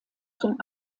zum